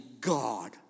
god